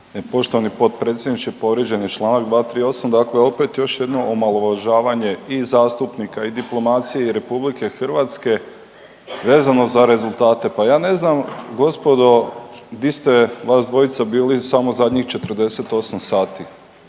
Poštovani potpredsjedniče, povrijeđen je čl. 238, dakle opet još jedno omalovažavanje i zastupnika i diplomacije i RH vezano za rezultate. Pa ja ne znam gospodo, di ste vas dvojica bili samo zadnjih 48 sati?